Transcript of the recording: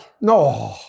No